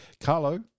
Carlo